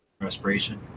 respiration